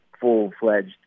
full-fledged